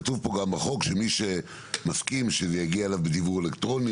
כתוב כאן בחוק שמי שמסכים שזה יגיע אליו בדיוור אלקטרוני,